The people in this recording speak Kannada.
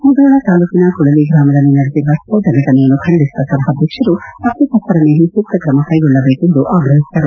ಮುಧೋಳ ತಾಲೂಕಿನ ಕುಳಲಿ ಗ್ರಾಮದಲ್ಲಿ ನಡೆದಿರುವ ಸ್ಪೋಟ ಘಟನೆಯನ್ನು ಖಂಡಿಸಿದ ಸಭಾಧ್ಯಕ್ಷರು ತಪ್ಪಿತಸ್ಡರ ಮೇಲೆ ಸೂಕ್ತ ಕ್ರಮ ಕೈಗೊಳ್ಳ ಬೇಕೆಂದು ಆಗ್ರಹಿಸಿದರು